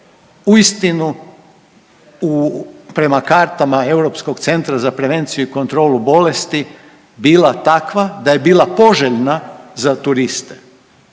uistinu prema kartama Europskog centra za prevenciju i kontrolu bolesti bila takva da je bila poželjna za turiste.